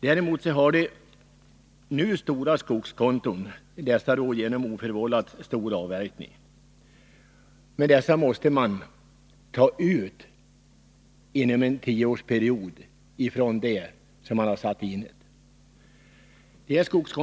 Däremot har de stora skogskonton, som en följd av oförvållat stor avverkning. Men dessa måste utnyttjas inom en period av tio år, räknat från den tidpunkt då insättningen gjordes.